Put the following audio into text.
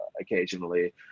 occasionally